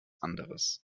anderes